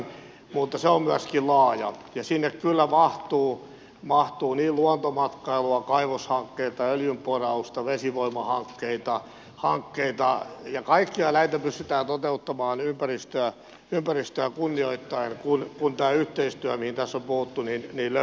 mutta se on myöskin laaja ja sinne kyllä mahtuu luontomatkailua kaivoshankkeita öljynporausta vesivoimahankkeita ja kaikkia näitä pystytään toteuttamaan ympäristöä kunnioittaen kun tämä yhteistyö mistä tässä on puhuttu löydetään